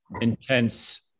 intense